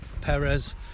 Perez